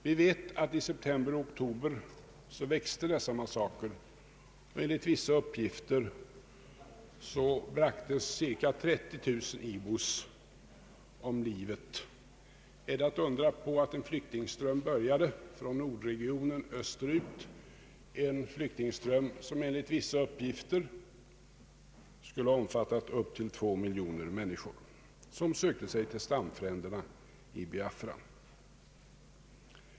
Vi vet att i september och oktober växte dessa massakrer, och enligt vissa uppgifter bragtes cirka 30 000 ibos om livet. är det att undra på att en flyktingström började från Nordregionen österut, en flyktingström som enligt vissa uppgifter skulle ha omfattat upp till två miljoner människor, som sökte sig till stamfränderna i Biafra.